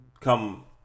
come